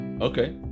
Okay